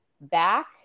back